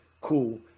cool